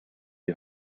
die